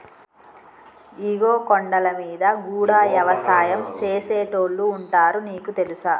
ఇగో కొండలమీద గూడా యవసాయం సేసేటోళ్లు ఉంటారు నీకు తెలుసా